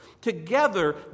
Together